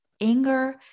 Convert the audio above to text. anger